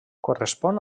correspon